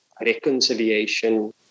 reconciliation